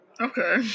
Okay